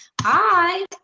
Hi